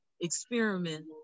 experiment